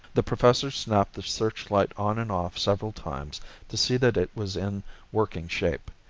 the professor snapped the searchlight on and off several times to see that it was in working shape.